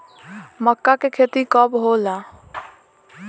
मक्का के खेती कब होला?